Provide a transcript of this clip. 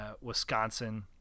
Wisconsin